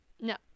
No